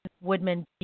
Woodman